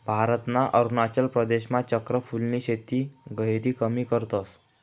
भारतना अरुणाचल प्रदेशमा चक्र फूलनी शेती गहिरी कमी करतस